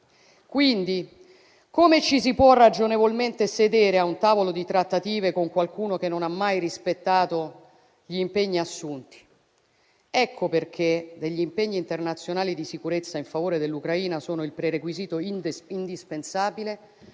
Pertanto, come ci si può ragionevolmente sedere a un tavolo di trattative con qualcuno che non ha mai rispettato gli impegni assunti? Eco perché gli impegni internazionali di sicurezza in favore dell'Ucraina sono il prerequisito indispensabile